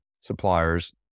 suppliers